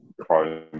Chrome